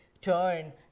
turn